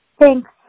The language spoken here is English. Thanks